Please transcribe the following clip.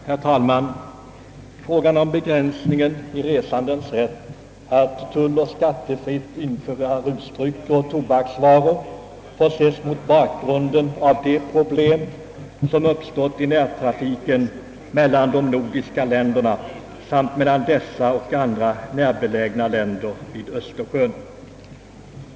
Herr talman! Frågan om begränsning i resandens rätt att tulloch skattefritt införa rusdrycker och tobaksvaror får ses mot bakgrunden av de problem som uppstått i närtrafiken mellan de nordiska länderna samt mellan dessa och andra närbelägna länder vid öÖstersjön.